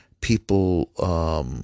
people